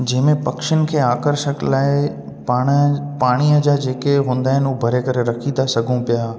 जंहिं में पखियुनि खे आकर्षित लाइ पाणि पाणीअ जा जेके हूंदा आहिनि उहा भरे करे रखी था सघूं पिया